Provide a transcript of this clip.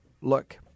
look